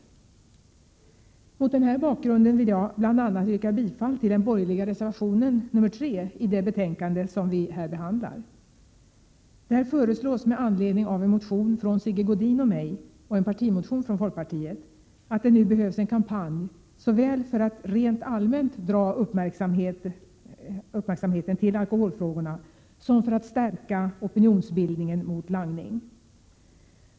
Bl.a. mot den här bakgrunden vill jag yrka bifall till den borgerliga reservationen nr 3 i det betänkande som vi här behandlar. Där anförs, med anledning av en motion från Sigge Godin och mig och en partimotion från folkpartiet, att det nu behövs en kampanj, såväl för att rent allmänt dra uppmärksamheten till alkoholfrågorna som för att stärka opinionsbildningen mot langning.